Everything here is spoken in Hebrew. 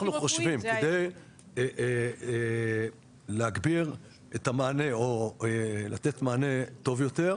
אנחנו חושבים שכדי להגביר את המענה או לתת מענה טוב יותר.